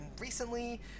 recently